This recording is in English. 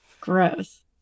gross